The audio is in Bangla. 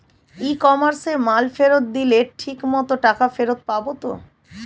ই কমার্সে মাল ফেরত দিলে ঠিক মতো টাকা ফেরত পাব তো?